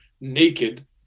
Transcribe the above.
naked